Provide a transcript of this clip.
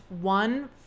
one